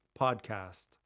podcast